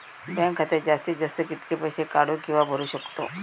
Bank खात्यात जास्तीत जास्त कितके पैसे काढू किव्हा भरू शकतो?